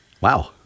Wow